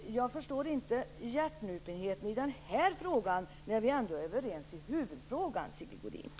Jag förstår inte hjärtnupenheten i den här frågan. Vi är ju ändå överens i huvudfrågan, Sigge Godin.